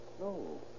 No